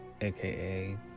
aka